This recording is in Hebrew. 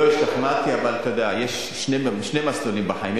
לא השתכנעתי, אבל אתה יודע, יש שני מסלולים בחיים.